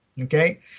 okay